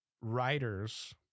writers